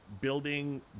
building